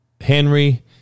Henry